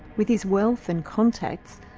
with his wealth and contacts,